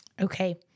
Okay